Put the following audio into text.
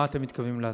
אתם מתכוונים לעשות?